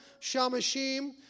shamashim